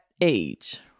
age